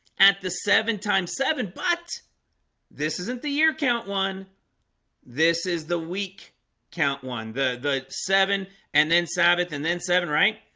at the seven times seven, but this isn't the year count one this is the week count one the the seven and then sabbath and then seven, right?